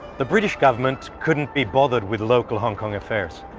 the british government couldn't be bothered with local hong kong affairs.